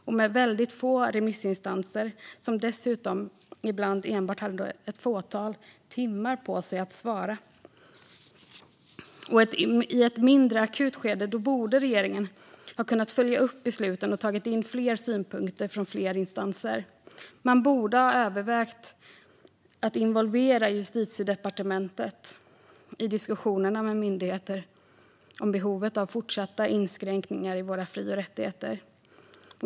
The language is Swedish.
Det var väldigt få remissinstanser, som dessutom ibland hade enbart ett fåtal timmar på sig att svara. I ett mindre akut skede borde regeringen ha följt upp besluten och tagit in synpunkter från fler instanser. Man borde ha övervägt att involvera Justitiedepartementet i diskussionerna med myndigheterna om behovet av fortsatta inskränkningar i våra fri och rättigheter.